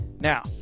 Now